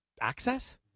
access